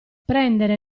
prendere